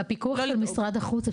בפיקוח של משרד החוץ,